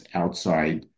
outside